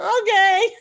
Okay